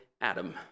Adam